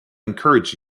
encouraged